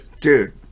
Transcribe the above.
Dude